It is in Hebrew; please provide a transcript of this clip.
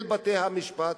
של בתי-המשפט,